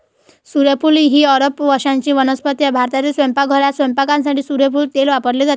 सूर्यफूल ही अरब वंशाची वनस्पती आहे भारतीय स्वयंपाकघरात स्वयंपाकासाठी सूर्यफूल तेल वापरले जाते